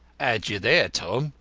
had you there, tom.